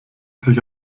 sich